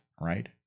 right